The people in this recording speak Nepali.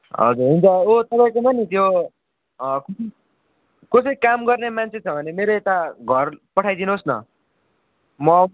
हजुर हुन्छ ओ तपाईँकोमा नि त्यो कसै काम गर्ने मान्छे छ भने मेरो यता घर पठाइदिनुहोस् न म